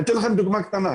אני אתן לכם דוגמא קטנה.